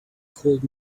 cold